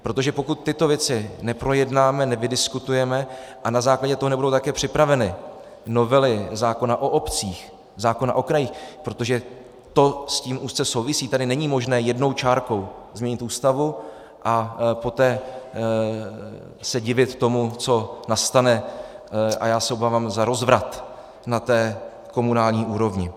Protože pokud tyto věci neprojednáme, nevydiskutujeme a na základě toho nebudou také připraveny novely zákona o obcích, zákona o krajích, protože to s tím úzce souvisí tady není možné jednou čárkou změnit Ústavu a poté se divit tomu, co nastane a já se obávám za rozvrat na té komunální úrovni.